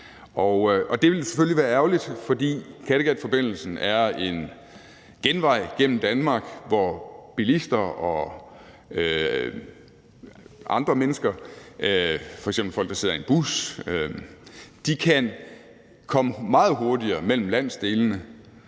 det vil selvfølgelig være ærgerligt, fordi Kattegatforbindelsen er en genvej gennem Danmark, hvor bilister og andre mennesker, f.eks. folk, der sidder i en bus, kan komme meget hurtigere frem mellem landsdelene,